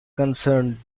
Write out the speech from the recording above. concerned